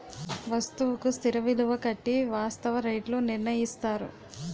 వస్తువుకు స్థిర విలువ కట్టి వాస్తవ రేట్లు నిర్ణయిస్తారు